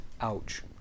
ouch